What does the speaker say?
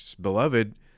beloved